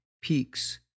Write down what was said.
peaks